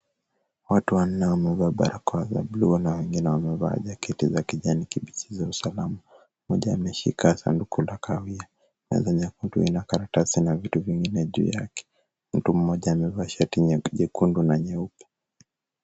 Watu wanne wamevaa barakoa za bluu na wengine wamevaa jaketi za kijani kibichi za usalama. Mmoja ameshika sanduku la kahawia na meza nyekundu ina karatasi na vitu vingine juu yake. Mtu mmoja amevaa shati ya jekundu na nyeupe.